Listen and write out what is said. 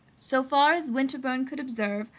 so far as winterbourne could observe,